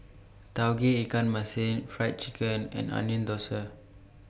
Tauge Ikan Masin Fried Chicken and Onion Thosai